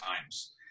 times